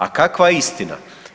A kakva je istina?